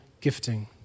gifting